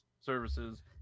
services